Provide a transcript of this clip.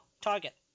Target